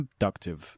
abductive